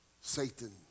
Satan